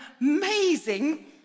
amazing